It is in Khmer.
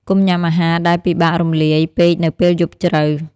កុំញ៉ាំអាហារដែលពិបាករំលាយពេកនៅពេលយប់ជ្រៅ។